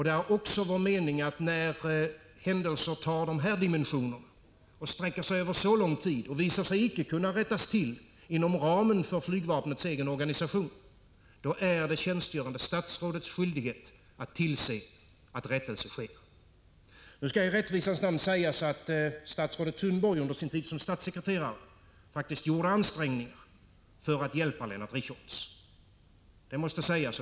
Det är också vår mening att när händelser får den här dimensionen och sträcker sig över så lång tid och visar sig icke kunna rättas till inom ramen för flygvapnets egen organisation, då är det tjänstgörande statsrådets skyldighet att tillse att rättelse sker. Nu skall i rättvisans namn sägas att statsrådet Thunborg under sin tid som statssekreterare faktiskt gjorde ansträngningar för att hjälpa Lennart Richholtz.